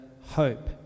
hope